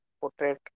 Portrait